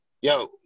yo